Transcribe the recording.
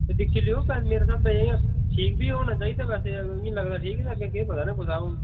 दिक्खी लैओ मेरा स्हाबा ठीक बी होना चाहिदा वैसे अगर मिगी लगदा ठीक ते अग्गै केह् पता यरा कुसा दा हुन